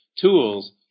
tools